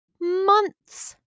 months